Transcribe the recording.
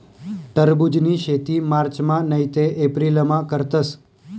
टरबुजनी शेती मार्चमा नैते एप्रिलमा करतस